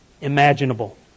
imaginable